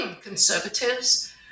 conservatives